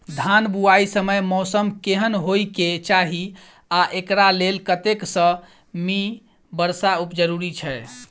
धान बुआई समय मौसम केहन होइ केँ चाहि आ एकरा लेल कतेक सँ मी वर्षा जरूरी छै?